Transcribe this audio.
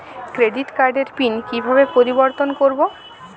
Credit কার্ডের PIN কিভাবে পরিবর্তন করবো?